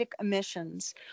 Emissions